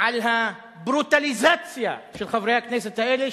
על הברוטליזציה של חברי הכנסת האלה,